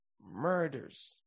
murders